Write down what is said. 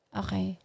okay